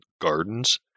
gardens